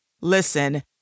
Listen